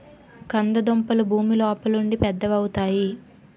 కంద దుంపలు భూమి లోపలుండి పెద్దవవుతాయి